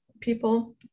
people